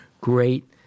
great